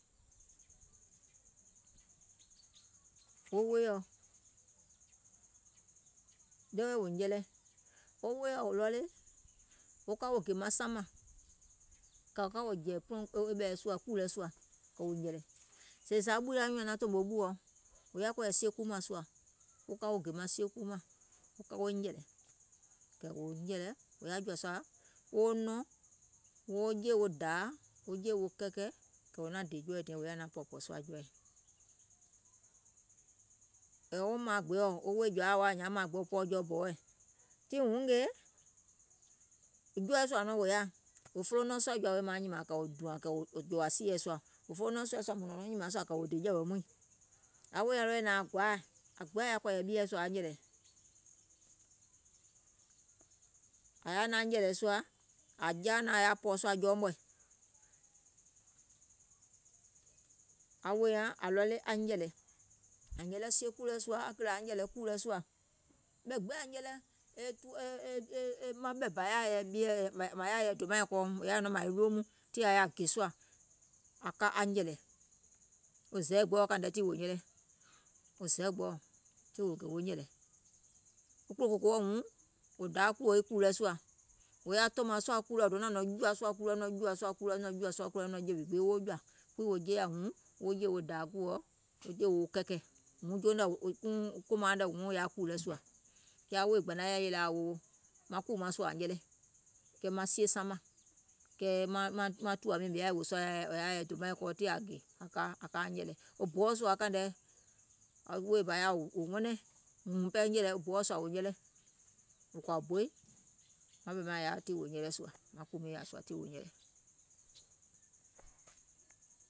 Wo woìɔ, ɗeweɛ̀ wò nyɛlɛ, wo woìɔ wò ready wo ka wo gè maŋ saŋ mȧŋ, kɛ̀ wò ka jɛ̀ì kùù lɛ sùȧ kɛ̀ wò nyɛ̀lɛ̀, sèè zȧ nyùùŋ nyaŋ naŋ tòmò ɓùɔ, wò yaȧ kɔ̀ɔ̀yɛ̀ siekuu mȧŋ sùȧ wo kȧ woo gè maŋ siekuu mȧŋ wo ka wo nyɛ̀lɛ̀, kɛ̀ wòo nyɛ̀lɛ̀, wò yaȧo jɔ̀ȧ sùȧ woo nɔ̀ŋ woo jeè wo dȧȧ woo jeè wo kɛkɛ̀, kɛ̀ wò naȧŋ dè jɔɔɛ̀ diɛŋ wò yaȧ naȧŋ pɔ̀ɔ̀ sùȧ jɔɔɛ̀, wo mȧangèɔ, wo woì jɔ̀ȧa ȧŋ nyaaŋ mȧangbèɔ wò pɔɔpɔ̀ɔ̀ jɔɔ bɔwɔɛ̀, tiŋ wuŋ ngèè, e jɔɔɛ̀ sùȧ nɔŋ wo yaȧ wò folo nɔŋ wèè mauŋ nyìmȧŋ kɛ̀ wò dùȧŋ kɛ̀ wò jòwà sieɔ̀, wò folo nɔŋ sieɔ̀ kɛ̀ wò dè jɛ̀wɛ̀ muìŋ, aŋ wòì nyaŋ ready nɔŋ aŋŋ gɔȧȧ, aŋ gbiŋ yaȧ kɔ̀ɔ̀yɛ̀ ɓieɛ̀ ȧŋ ka aŋ nyɛ̀lɛ̀, ȧŋ yaȧ naȧŋ nyɛ̀lɛ̀ sùȧ ȧŋ jaȧ naȧŋ ȧŋ yaȧ pɔ̀ɔ̀ sùȧ jɔɔ mɔ̀ɛ̀, aŋ wòì nyaŋ ȧŋ ready aŋ nyɛ̀lɛ̀, ȧŋ nyɛlɛ siekuu lɛ̀ sùȧ e kìlȧ aŋ nyɛ̀lɛ̀ kùù lɛ sùȧ, ɓɛ̀ gbiŋ ȧŋ nyɛlɛ, maŋ ɓɛ̀ bà yaȧ yɛi dòmaȧŋ kɔɔ è yaȧ nɔŋ mȧȧŋ e noomùŋ, tiŋ ȧŋ yaȧ gè sùȧ aŋ ka aŋ nyɛ̀lɛ̀, wo zɛɛ̀gbɛ̀ɛ̀ɔ kȧìŋ nɛ pɛɛ tiŋ wò nyɛlɛ, wo zɛɛ̀gbɛ̀ɛɔ̀ tiŋ wò gè wo nyɛ̀lɛ̀. Wo kulòkòkòɔ wuŋ wò daa kùù lɛ sùà, wò yaȧ tòmȧŋ sùȧ kùù lɛ, wò donȧŋ nɔ̀ŋ jùȧ sùȧ kùù lɛ, nɔ̀ŋ jùȧ sùȧ kùù lɛ, nɔ̀ŋ jùȧ sùȧ kùù lɛ nɔ̀ŋ jùȧ sùȧ kùù lɛ e nɔ̀ŋ jìwì gbee woo jɔ̀ȧ, kuŋ wò jeeyȧ wuŋ woo jeè wo dȧȧ kùòɛ, woo jeè wo kɛkɛ̀, kòmauŋ nɛ̀ wuŋ yaȧ kùù la sùȧ, kɛɛ aŋ woì gbȧnaŋ nyȧŋ yè nyaŋ wowo maŋ kùù maŋ sùȧ ȧŋ nyɛlɛ, kɛɛ maŋ siew saŋ mȧŋ, kɛɛ maŋ tùwa miiŋ yaȧ yɛi wòò sùȧ dòmaaŋ kɔɔì tiŋ ȧŋ gòo aŋ ka aŋ nyɛ̀lɛ̀, wuŋ boɔ̀ sùȧ kàìŋ nɛ, wo woì bȧ yaȧa wò wɛnɛŋ, wuŋ pɛɛ boɔ̀ sùȧ wò nyɛlɛ, wò kɔ̀ȧ boì maŋ ɓɛ̀ maŋ yaȧa tiŋ wò nyɛlɛ sùȧ, maŋ kùù miiŋ sùȧ tiŋ wò nyɛlɛ.